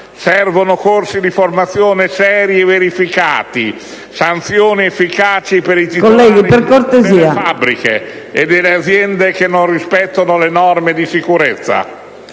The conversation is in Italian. Servono corsi di formazione seri e verificati, sanzioni efficaci per i titolari delle fabbriche e delle aziende che non rispettano le norme di sicurezza.